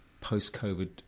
post-covid